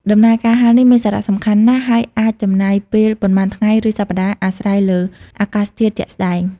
ដំណើរការហាលនេះមានសារៈសំខាន់ណាស់ ហើយអាចចំណាយពេលប៉ុន្មានថ្ងៃឬសប្តាហ៍ អាស្រ័យលើអាកាសធាតុជាក់ស្តែង។